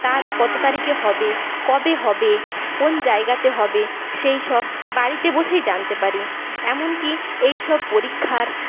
তা কত তারিখে হবে কবে হবে কোন জায়গাতে হবে সেই সব বাড়িতে বসেই জানতে পারি এমন কি এইসব পরীক্ষার